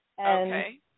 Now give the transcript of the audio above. Okay